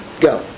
Go